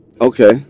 Okay